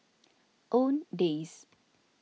Owndays